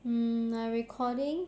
mm like recording